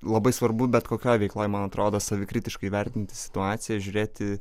labai svarbu bet kokioj veikloj man atrodo savikritiškai vertinti situaciją žiūrėti